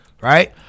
Right